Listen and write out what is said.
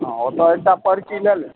हॅं ओतऽ एकटा पर्ची लऽ लेब